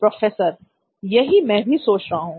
professor यही मैं भी सोच रहा हूं